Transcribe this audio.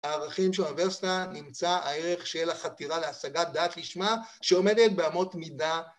הערכים של האוניברסיטה נמצא הערך של החתירה להשגת דעת לשמה שעומדת באמות מידה